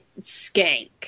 skank